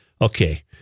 Okay